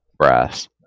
brass